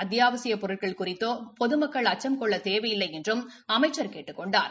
அத்தியாசியப் பொருட்கள் குறித்தோ பொதுமக்கள் அச்சம் கொள்ளத் தேவையில்லை என்றும் அமைச்சா் கேட்டுக் கொண்டார்